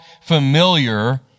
familiar